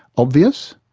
obvious?